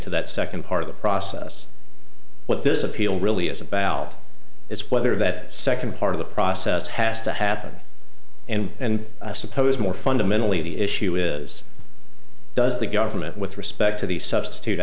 to that second part of the process what this appeal really is about is whether that second part of the process has to happen and and i suppose more fundamentally the issue is does the government with respect to the substitute